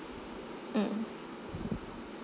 mm